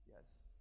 Yes